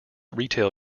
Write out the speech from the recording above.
retail